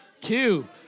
Two